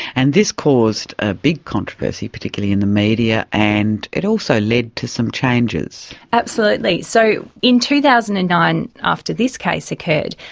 and this caused a big controversy, particularly in the media and it also led to some changes. absolutely. so in two thousand and nine after this case occurred,